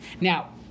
Now